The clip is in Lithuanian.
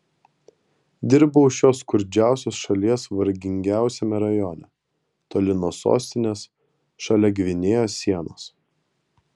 dirbau šios skurdžiausios šalies vargingiausiame rajone toli nuo sostinės šalia gvinėjos sienos